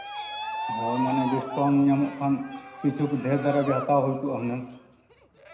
ᱦᱳᱭ ᱢᱟᱱᱮ ᱰᱤᱥᱠᱟᱣᱩᱱᱴ ᱧᱟᱢᱚᱜ ᱠᱷᱟᱱ ᱠᱤᱪᱷᱩ ᱰᱷᱮᱹᱨ ᱫᱷᱟᱨᱟ ᱜᱮ ᱦᱟᱛᱟᱣ ᱦᱩᱭ ᱠᱚᱜᱼᱟ ᱦᱩᱱᱟᱹᱝ